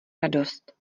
radost